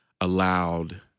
allowed